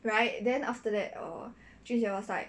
right then after that err jun jie was like